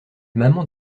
maman